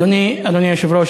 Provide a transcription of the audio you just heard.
אדוני היושב-ראש,